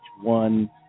one